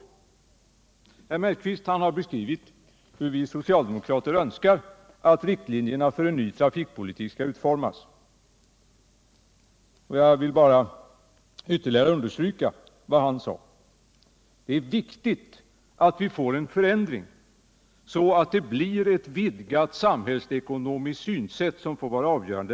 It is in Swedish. Herr Mellqvist har beskrivit hur vi socialdemokrater önskar att riktlinjerna för en ny trafikpolitik skall utformas, och jag vill ytterligare understryka vad han sade. Det är viktigt att vi får en förändring av trafikpolitiken, så att ett vidgat samhällsekonomiskt synsätt får vara avgörande.